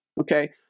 Okay